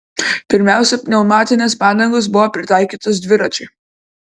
pirmiausia pneumatinės padangos buvo pritaikytos dviračiui